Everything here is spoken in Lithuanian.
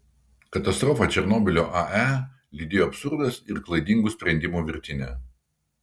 katastrofą černobylio ae lydėjo absurdas ir klaidingų sprendimų virtinė